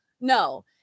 no